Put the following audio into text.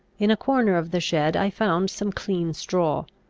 in a corner of the shed i found some clean straw.